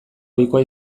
ohikoa